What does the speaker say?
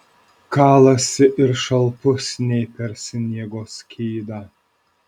kalasi ir šalpusniai per sniego skydą